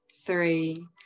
three